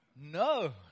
No